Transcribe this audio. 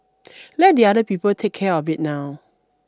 let the other people take care of it now